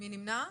מי נמנע?